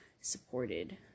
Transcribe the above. supported